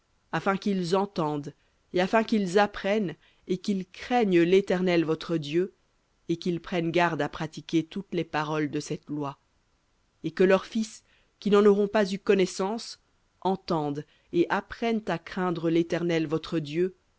afin qu'ils entendent et afin qu'ils apprennent et qu'ils craignent l'éternel votre dieu et qu'ils prennent garde à pratiquer toutes les paroles de cette loi et que leurs fils qui n'en auront pas eu connaissance entendent et apprennent à craindre l'éternel votre dieu